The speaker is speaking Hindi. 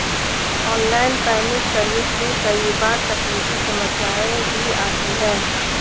ऑनलाइन पेमेंट सर्विस में कई बार तकनीकी समस्याएं भी आती है